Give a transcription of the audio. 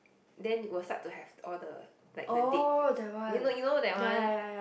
then will start to have all the like the dead you know you know that one